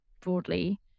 broadly